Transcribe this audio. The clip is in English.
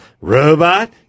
robot